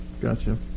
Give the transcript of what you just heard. Gotcha